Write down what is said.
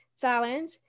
challenge